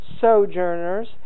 sojourners